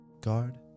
guard